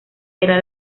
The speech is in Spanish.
era